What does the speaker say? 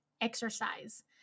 exercise